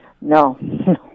No